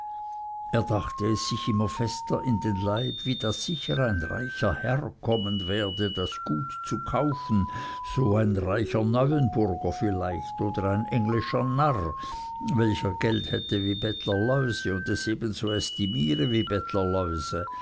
er dachte es sich immer fester in den leib wie da sicher ein reicher herr kommen werde das gut zu kaufen so ein reicher neuenburger vielleicht oder gar ein englischer narr welcher geld hätte wie bettler läuse und es ebenso ästimiere wie bettler